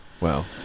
Wow